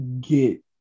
get